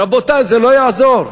רבותי, זה לא יעזור.